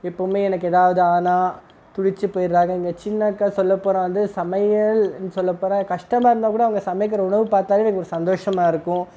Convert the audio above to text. இப்போ உண்மையாக எனக்கு ஏதாவது ஆனால் துடித்து போயிட்டுறாங்க எங்கள் சின்ன அக்கா சொல்லப்போனால் வந்து சமையல்னு சொல்லப்போனால் கஷ்டமாக இருந்தால் கூட அவங்க சமைக்கின்ற உணவு பார்த்தாலே எனக்கு சந்தோஷமாக இருக்கும்